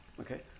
okay